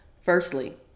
Firstly